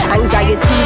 Anxiety